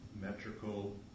metrical